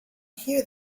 here